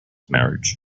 marriage